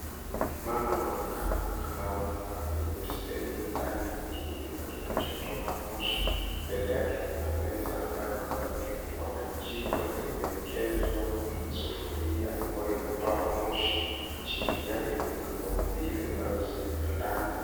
Mama anaonekana kukanda unga kwenye beseni ndani ya kijumba kinachotoka moshi. Mbele yake kuna meza ambayo kando yake kuko jiko na limeekezwa sufuria ambayo inatoa moshi. Chini yake kuna ndoo mbili ambazo zimepandana.